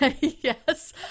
Yes